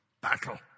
battle